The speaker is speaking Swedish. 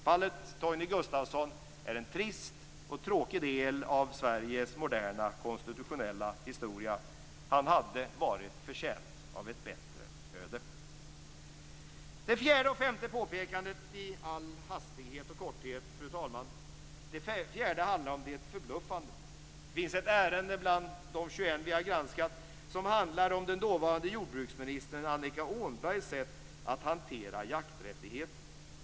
Fallet Torgny Gustafsson är en trist och tråkig del av Sveriges moderna konstitutionella historia. Han hade varit förtjänt av ett bättre öde. Så till det fjärde och femte påpekandet i all korthet, fru talman. Det fjärde handlar om det förbluffande. Det finns ett ärende bland de 21 vi har granskat som handlar om den dåvarande jordbruksministern Annika Åhnbergs sätt att hantera jakträttigheten.